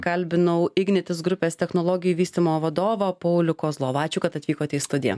kalbinau ignitis grupės technologijų vystymo vadovą paulių kozlovą ačiū kad atvykote į studiją